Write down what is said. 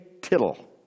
tittle